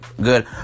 good